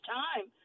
time